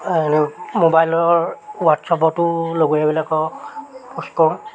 এনেই মোবাইলৰ হোৱাটছআপতো লগৰীয়াবিলাকক পষ্ট কৰোঁ